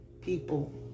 People